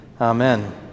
Amen